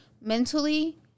mentally